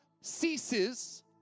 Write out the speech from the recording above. ceases